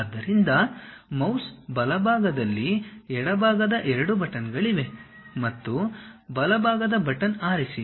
ಆದ್ದರಿಂದ ಮೌಸ್ ಬಲಭಾಗದಲ್ಲಿ ಎಡಭಾಗದ 2 ಬಟನ್ ಗಳಿವೆ ಮತ್ತು ಬಲಭಾಗದ ಬಟನ್ ಆರಿಸಿ